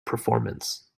performance